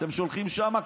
אתם שולחים לשם.